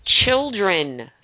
Children